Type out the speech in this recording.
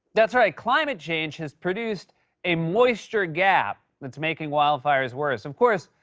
that's right, climate change has produced a moisture gap that's making wildfires worse. of course,